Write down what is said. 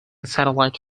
satellite